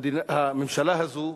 הממשלה הזאת,